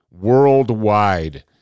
worldwide